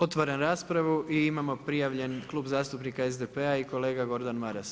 Otvaram raspravu i imamo prijavljeni Klub zastupnika SDP-a i kolega Gordan Maras.